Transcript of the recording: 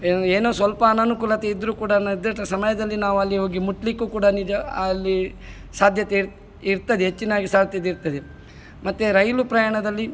ಏನೋ ಸ್ವಲ್ಪ ಅನಾನುಕೂಲತೆ ಇದ್ದರು ಕೂಡ ನಿರ್ದಿಷ್ಟ ಸಮಯದಲ್ಲಿ ನಾವು ಅಲ್ಲಿ ಹೋಗಿ ಮುಟ್ಟಲಿಕ್ಕೂ ಕೂಡ ನಿಜ ಅಲ್ಲಿ ಸಾಧ್ಯತೆ ಇರು ಇರ್ತದೆ ಹೆಚ್ಚಿನಾಗಿ ಸಾಧ್ಯತೆ ಇರ್ತದೆ ಮತ್ತು ರೈಲು ಪ್ರಯಾಣದಲ್ಲಿ